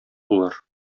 булыр